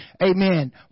Amen